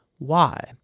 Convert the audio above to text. why?